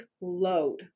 load